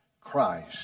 Christ